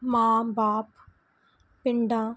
ਮਾਂ ਬਾਪ ਪਿੰਡਾਂ